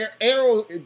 Arrow